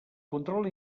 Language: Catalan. control